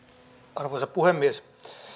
arvoisa puhemies